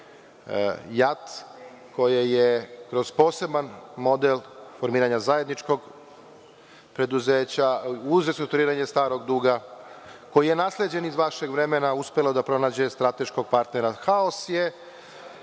JAT, koje je kroz poseban model formiranja zajedničkog preduzeća, uz restrukturiranje starog duga koji je nasleđen iz vašeg vremena, uspela da nađe strateškog partnera. Haos